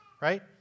Right